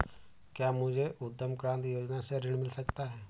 क्या मुझे उद्यम क्रांति योजना से ऋण मिल सकता है?